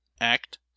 Act